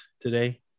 today